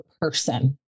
person